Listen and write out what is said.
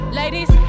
ladies